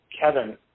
Kevin